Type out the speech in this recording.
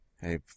Hey